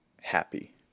happy